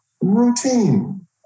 routine